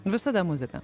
visada muzika